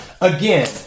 again